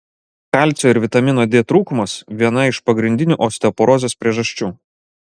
kalcio ir vitamino d trūkumas viena iš pagrindinių osteoporozės priežasčių